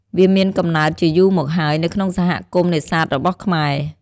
វាមានកំណើតជាយូរមកហើយ នៅក្នុងសហគមន៍នេសាទរបស់ខ្មែរ។